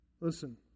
Listen